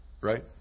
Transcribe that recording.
right